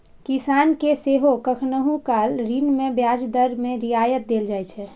किसान कें सेहो कखनहुं काल ऋण मे ब्याज दर मे रियायत देल जाइ छै